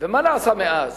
מה נעשה מאז?